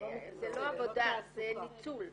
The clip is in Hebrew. זה לא עבודה, זה ניצול.